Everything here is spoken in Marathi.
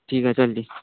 ठीक आहे चालत आहे